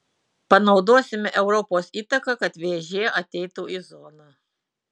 panaudosime europos įtaką kad vėžė ateitų į zoną